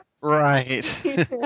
Right